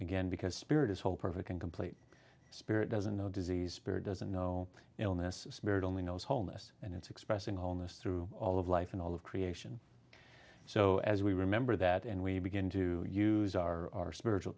again because spirit is whole perfect and complete spirit doesn't know disease spirit doesn't know illness spirit only knows wholeness and it's expressing wholeness through all of life in all of creation so as we remember that and we begin to use our spiritual